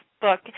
book